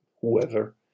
whoever